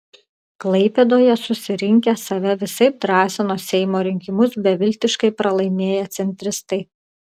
klaipėdoje susirinkę save visaip drąsino seimo rinkimus beviltiškai pralaimėję centristai